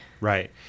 Right